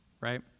right